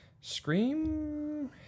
Scream